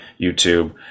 YouTube